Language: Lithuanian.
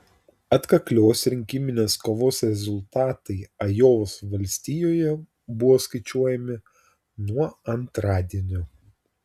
atkaklios rinkiminės kovos rezultatai ajovos valstijoje buvo skaičiuojami nuo antradienio